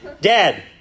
dad